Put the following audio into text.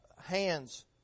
hands